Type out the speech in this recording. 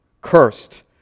cursed